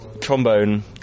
trombone